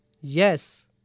Yes